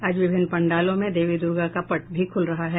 आज विभिन्न पूजा पंडालों में देवी दुर्गा का पट भी खुल रहा है